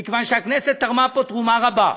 מכיוון שהכנסת תרמה פה תרומה רבה,